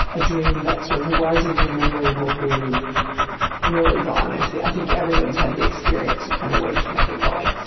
a dream that sort of was in your memory will be really gone. actually, and i think everyone has had the experience of kind of waking up and going,